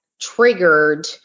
triggered